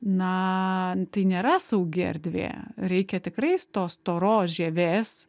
na tai nėra saugi erdvė reikia tikrai tos storos žievės